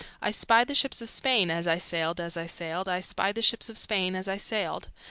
i spyed the ships of spain, as i sailed, as i sailed, i spyed the ships of spain, as i sailed,